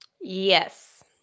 Yes